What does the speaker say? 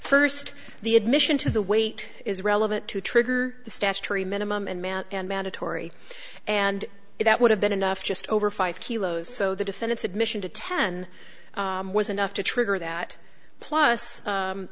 first the admission to the weight is relevant to trigger the statutory minimum in man and mandatory and if that would have been enough just over five kilos so the defendant's admission to ten was enough to trigger that plus